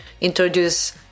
introduce